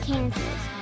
Kansas